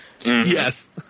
Yes